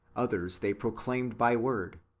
others they proclaimed by word,